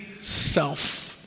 self